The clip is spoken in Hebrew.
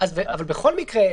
אני מסכים.